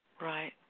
Right